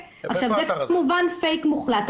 כמובן זה פייק מוחלט,